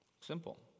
Simple